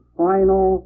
final